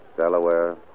Delaware